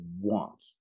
want